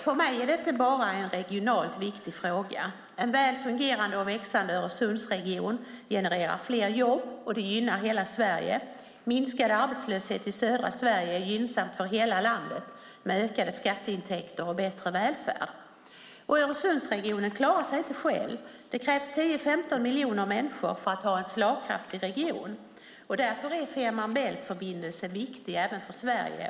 För mig är det inte bara en regionalt viktig fråga. En väl fungerande och växande Öresundsregion genererar fler jobb, vilket gynnar hela Sverige. Minskad arbetslöshet i södra Sverige är gynnsamt för hela landet med ökade skatteintäkter och bättre välfärd. Öresundsregionen klarar sig inte själv. Det krävs 10-15 miljoner människor för att ha en slagkraftig region. Därför är Fehmarn Bält-förbindelsen viktig även för Sverige.